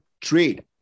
trade